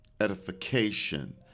Edification